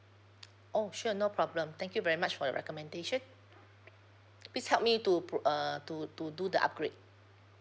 oh sure no problem thank you very much for your recommendation please help me to pro~ err to to do the upgrade